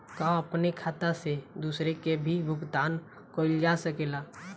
का अपने खाता से दूसरे के भी भुगतान कइल जा सके ला?